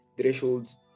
thresholds